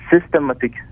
systematic